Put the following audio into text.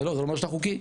לא זה לא אומר שאתה חוקי.